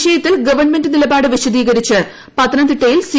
വിഷയത്തിലെ ഗവൺമെന്റ് നിലപാട് വിശദീകരിച്ച് പത്തനംതിട്ടയിൽ സി